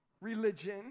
Religion